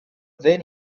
then